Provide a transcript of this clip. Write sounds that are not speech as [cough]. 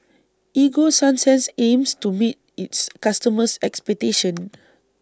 Ego Sunsense aims to meet its customers' expectations [noise]